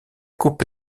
coupe